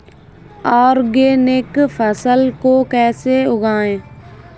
Organic फसल को कैसे उगाएँ?